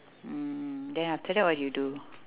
then after that what do you do